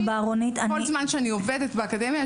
כל זמן שאני עובדת באקדמיה,